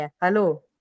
hello